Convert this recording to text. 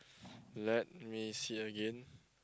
let me see again